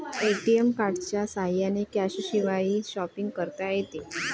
ATM कार्डच्या साह्याने कॅशशिवायही शॉपिंग करता येते